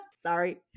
Sorry